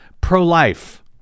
pro-life